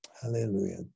Hallelujah